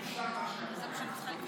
זה בושה מה שקורה.